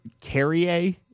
Carrier